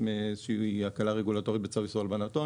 מאיזושהי הקלה רגולטורית בצו איסור הלבנת הון.